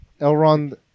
Elrond